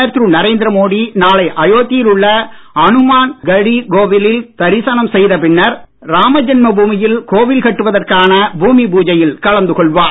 பிரதமர் திரு நரேந்திர மோடி நாளை அயோத்தியில் உள்ள அனுமான் கடி கோவிலில் தரிசனம் செய்த பின்னர் ராமஜென்ம பூமியில் கோவில் கட்டுவதற்கான பூமி பூஜையில் கலந்து கொள்வார்